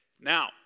Now